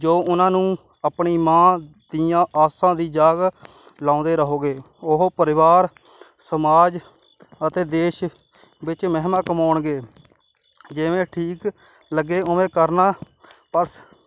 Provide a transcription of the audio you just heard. ਜੋ ਉਹਨਾਂ ਨੂੰ ਆਪਣੀ ਮਾਂ ਦੀਆਂ ਆਸਾਂ ਦੀ ਜਾਗ ਲਾਉਂਦੇ ਰਹੋਗੇ ਉਹ ਪਰਿਵਾਰ ਸਮਾਜ ਅਤੇ ਦੇਸ਼ ਵਿੱਚ ਮਹਿਮਾ ਕਮਾਉਣਗੇ ਜਿਵੇਂ ਠੀਕ ਲੱਗੇ ਉਵੇਂ ਕਰਨਾ ਪਰ